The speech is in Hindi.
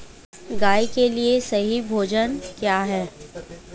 गाय के लिए सही भोजन क्या है?